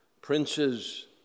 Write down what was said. princes